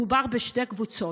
מדובר בשתי קבוצות: